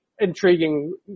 intriguing